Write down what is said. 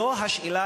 זו השאלה,